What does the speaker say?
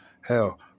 hell